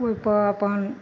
ओइपर अपन